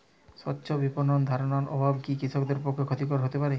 স্বচ্ছ বিপণন ধারণার অভাব কি কৃষকদের পক্ষে ক্ষতিকর হতে পারে?